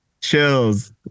Chills